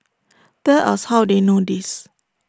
tell us how they know this